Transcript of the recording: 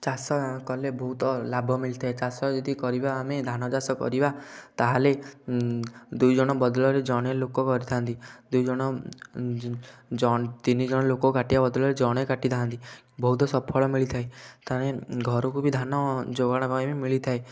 ଚାଷ କଲେ ବହୁତ ଲାଭ ମିଳିଥାଏ ଚାଷ ଯଦି କରିବା ଆମେ ଧାନ ଚାଷ କରିବା ତା'ହେଲେ ଦୁଇ ଜଣ ବଦଳରେ ଜଣେ ଲୋକ କରିଥାନ୍ତି ଦୁଇଜଣ ତିନିଜଣ ଲୋକ କାଟିବା ବଦଳରେ ଜଣେ କାଟିଥାନ୍ତି ବହୁତ ସଫଳ ମିଳିଥାଏ ଘରକୁ ବି ଧାନ ଯୋଗାଣ ପାଇଁ ବି ମିଳିଥାଏ